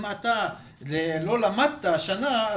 אם אתה לא למדת השנה,